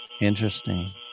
Interesting